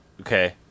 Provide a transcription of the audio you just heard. okay